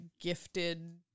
gifted